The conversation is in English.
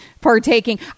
partaking